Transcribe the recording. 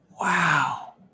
Wow